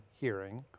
hearing